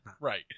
Right